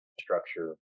structure